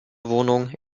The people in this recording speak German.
wohnung